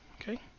Okay